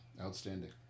Outstanding